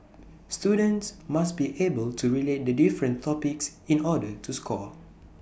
students must be able to relate the different topics in order to score